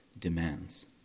demands